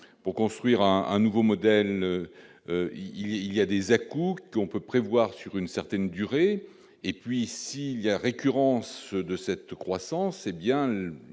pour construire un nouveau modèle, il y a des à-coups qu'on peut prévoir sur une certaine durée, et puis s'il y a récurrence de cette croissance, hé bien,